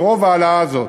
את רוב ההעלאה הזאת,